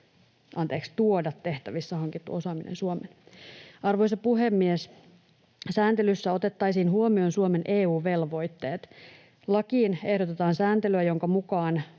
ja tuoda tehtävissä hankittu osaaminen Suomeen. Arvoisa puhemies! Sääntelyssä otettaisiin huomioon Suomen EU-velvoitteet. Lakiin ehdotetaan sääntelyä, jonka mukaan